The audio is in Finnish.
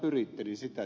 arvoisa puhemies